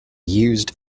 used